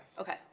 Okay